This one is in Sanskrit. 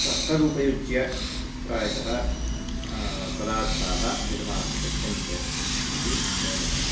त तदुपयुज्य प्रायशः पदार्थाः निर्मातुं शक्यन्ते इति मे मतम्